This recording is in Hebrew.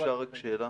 אפשר רק שאלה,